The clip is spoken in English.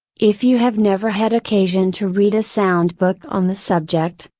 if you have never had occasion to read a sound book on the subject,